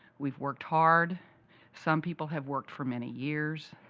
we've worked hard some people have worked for many years,